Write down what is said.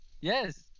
Yes